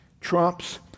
trumps